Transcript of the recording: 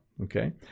okay